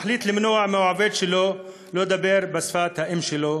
מחליט למנוע מעובד שלו לדבר בשפת האם שלו